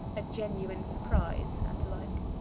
a genuine surprise, and the like.